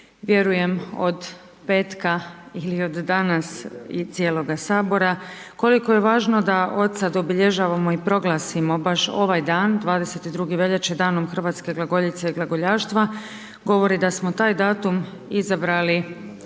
vjerujem od petka ili od danas i cijeloga sabora koliko je važno da od sada obilježavamo i proglasimo baš ovaj dan 22. veljače danom Hrvatske glagoljice i glagoljaštva govori da smo taj datum izabrali